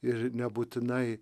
ir nebūtinai